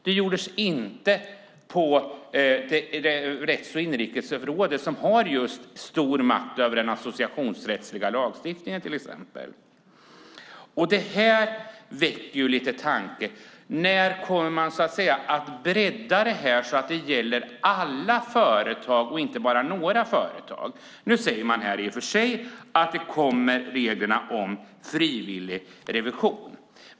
Det gjordes inte på rätts och inrikesrådet, som har stor makt över till exempel just den associationsrättsliga lagstiftningen. Detta väcker lite tankar. När kommer man att bredda detta så att det gäller alla företag och inte bara några? Nu säger man att det kommer regler om frivillig revision.